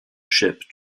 ship